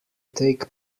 take